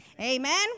Amen